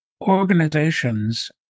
organizations